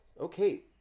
Okay